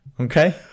Okay